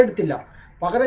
deliver while